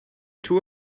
two